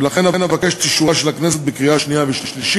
ולכן אבקש את אישורה של הכנסת בקריאה השנייה והשלישית.